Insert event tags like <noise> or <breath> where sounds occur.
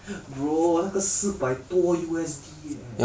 <breath> bro 那个四百多 U_S_D eh